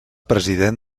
president